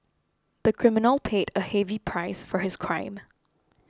the criminal paid a heavy price for his crime